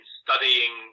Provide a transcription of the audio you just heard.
studying